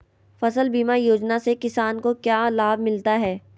फसल बीमा योजना से किसान को क्या लाभ मिलता है?